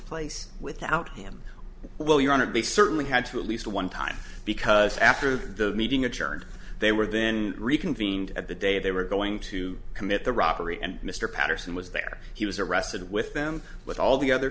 place without him well your honor to be certainly had to at least one time because after the meeting adjourned they were then reconvened at the day they were going to commit the robbery and mr patterson was there he was arrested with them with all the other